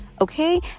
okay